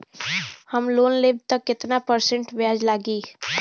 हम लोन लेब त कितना परसेंट ब्याज लागी?